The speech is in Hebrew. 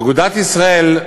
אגודת ישראל,